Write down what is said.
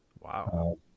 Wow